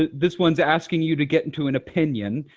this one's asking you to get into an opinion.